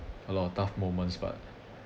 a lot of tough moments but